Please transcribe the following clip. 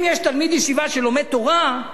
אם יש תלמיד ישיבה שלומד תורה,